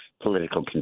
political